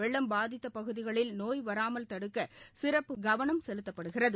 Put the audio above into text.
வெள்ளம் பாதித்த பகுதிகளில நோய் பரவாமல் தடுக்க சிறப்பு கவனம் செலுத்தப்படுகிறது